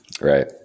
Right